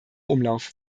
umlauf